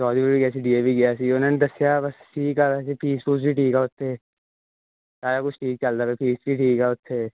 ਚੋਲੀਪੁਰ ਗਿਆ ਸੀ D A V ਵੀ ਗਿਆ ਸੀ ਉਹਨਾਂ ਨੇ ਦੱਸਿਆ ਠੀਕ ਆ ਵੈਸੇ ਫੀਸ ਫੁਸ ਵੀ ਠੀਕ ਆ ਉੱਥੇ ਸਾਰਾ ਕੁਝ ਠੀਕ ਚਲਦਾ ਫੀਸ ਵੀ ਠੀਕ ਆ ਉੱਥੇ